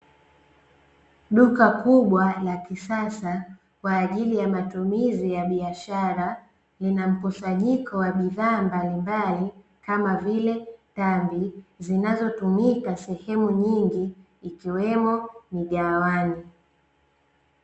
Duka kubwa la kisasa kwaajili ya matumizi ya biashara, lina mkusanyiko wa bidhaa mbalimbali kama vile tambi, zinazotumika sehemu nyingi ikiwemo migahawani.